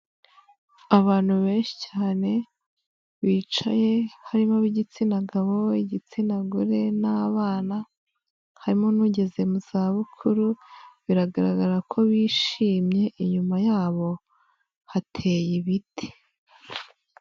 Abantu benshi cyane bicaye harimo ab'igitsina gabo, igitsina gore n'abana harimo n'ugeze mu za bukuru biragaragara ko bishimye inyuma yabo hateye ibiti.